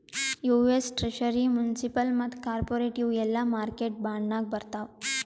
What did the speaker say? US treasury, municipal ಮತ್ತ corporate ಇವು ಎಲ್ಲಾ ಮಾರ್ಕೆಟ್ ಬಾಂಡ್ ನಾಗೆ ಬರ್ತಾವ್